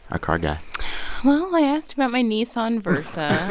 our car guy well, i asked about my nissan versa